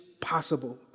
possible